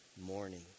morning